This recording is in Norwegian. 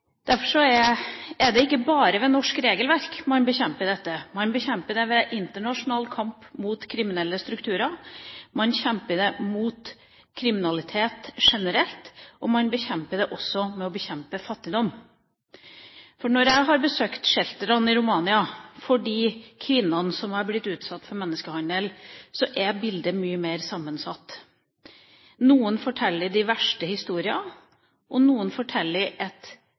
Derfor er det ikke bare med norsk regelverk man bekjemper dette. Man bekjemper det med internasjonal kamp mot kriminelle strukturer. Man bekjemper det med å kjempe imot kriminalitet generelt. Man bekjemper det også med å bekjempe fattigdom. Når jeg har besøkt sheltere i Romania for de kvinnene som er blitt utsatt for menneskehandel, er bildet mye mer sammensatt. Noen forteller de verste historier, og noen forteller at